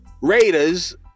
Raiders